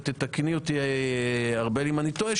ותקני אותי ארבל אם אני טועה,